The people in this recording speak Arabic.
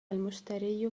المشتري